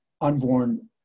unborn